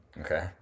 Okay